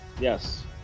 Yes